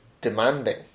demanding